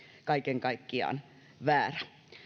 kaiken kaikkiaan väärä